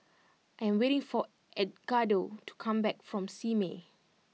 I am waiting for Edgardo to come back from Simei